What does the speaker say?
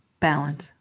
balance